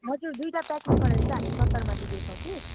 हजुर दुइटा प्याकिङ गरेर चाहिँ हामी सत्तरी गरेर दिँदैछौँ कि